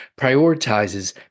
prioritizes